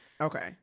Okay